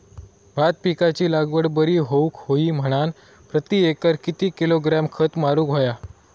भात पिकाची लागवड बरी होऊक होई म्हणान प्रति एकर किती किलोग्रॅम खत मारुक होया?